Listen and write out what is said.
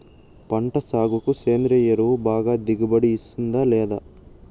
పంట సాగుకు సేంద్రియ ఎరువు బాగా దిగుబడి ఇస్తుందా లేదా